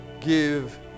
give